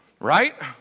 Right